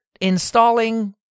installing